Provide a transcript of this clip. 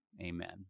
Amen